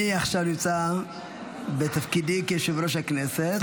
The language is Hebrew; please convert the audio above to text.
אני עכשיו נמצא בתפקידי כיושב-ראש הכנסת.